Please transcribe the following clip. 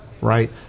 Right